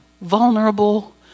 vulnerable